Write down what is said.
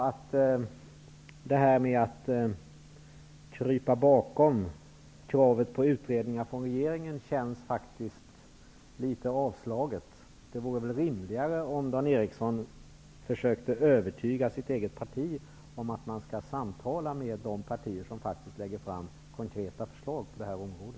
Att man kryper bakom krav på utredningar av regeringen känns därför faktiskt litet avslaget. Det vore väl rimligare om Dan Ericsson försökte övertyga sitt eget parti om att man bör samtala med de partier som faktiskt lägger fram konkreta förslag på detta område.